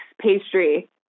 pastry